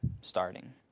starting